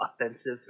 Offensive